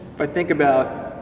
i think about